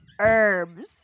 herbs